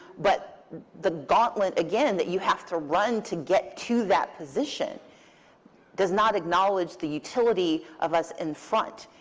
but the gauntlet, again, that you have to run to get to that position does not acknowledge the utility of us in front.